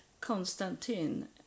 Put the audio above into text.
Constantine